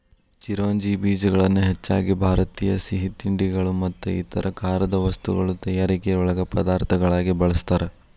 ಚಿರೋಂಜಿ ಬೇಜಗಳನ್ನ ಹೆಚ್ಚಾಗಿ ಭಾರತೇಯ ಸಿಹಿತಿಂಡಿಗಳು ಮತ್ತು ಇತರ ಖಾರದ ವಸ್ತುಗಳ ತಯಾರಿಕೆಯೊಳಗ ಪದಾರ್ಥಗಳಾಗಿ ಬಳಸ್ತಾರ